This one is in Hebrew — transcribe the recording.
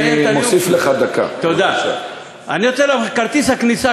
זה כאילו ציטטו